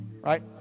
Right